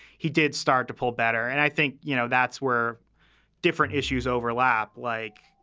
he did start to pull better. and i think, you know, that's where different issues overlap. like,